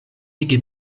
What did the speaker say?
ege